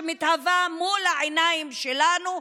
שמתהווה מול העיניים שלנו,